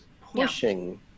pushing